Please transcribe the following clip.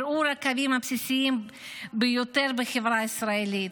ערעור הקווים הבסיסיים ביותר בחברה הישראלית.